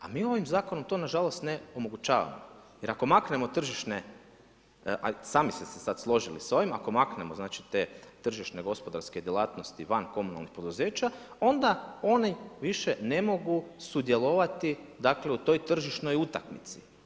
A mi ovim zakonom to na žalost ne omogućavamo, jer ako maknemo tržišne, a sami ste se sad složili sa ovim, ako maknemo znači te tržišne gospodarske djelatnosti van komunalnih poduzeća onda oni više ne mogu sudjelovati, dakle u toj tržišnoj utakmici.